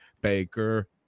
Baker